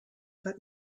but